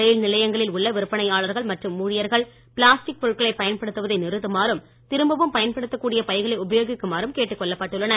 ரயில் நிலையங்களில் உள்ள விற்பனையாளர்கள் மற்றும் ஊழியர்கள் பிளாஸ்டிக் பொருட்கள் பயன்படுத்துவதை நிறுத்துமாறும் திரும்பவும் பயன்படுத்தக் கூடிய பைகளை உபயோகிக்குமாறும் கேட்டுக் கொள்ளப்பட்டுள்ளனர்